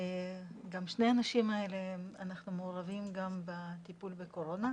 אנחנו מעורבים גם בטיפול בקורונה.